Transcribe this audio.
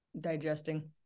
digesting